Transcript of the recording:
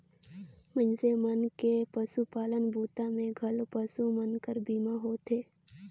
मइनसे मन के पसुपालन बूता मे घलो पसु मन कर बीमा होथे